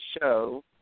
show